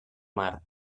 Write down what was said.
mar